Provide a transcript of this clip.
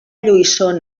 lluïssor